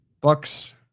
bucks